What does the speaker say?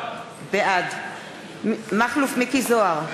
בעד מכלוף מיקי זוהר,